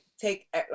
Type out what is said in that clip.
take